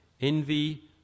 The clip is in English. Envy